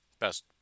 best